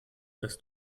das